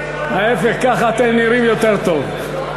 להפך, כך אתם נראים יותר טוב.